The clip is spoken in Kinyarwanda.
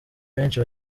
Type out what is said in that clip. benshi